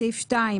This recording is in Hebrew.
בסעיף 2,